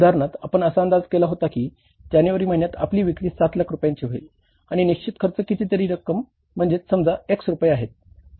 उदाहरणार्थ आपण असा अंदाज केला होता की जानेवारी महिन्यात आपली विक्री 7 लाख रुपयांची होईल आणि निश्चित खर्च कितीतरी रक्कम म्हणजे समजा X रुपये आहे